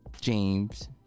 James